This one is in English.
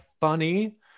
funny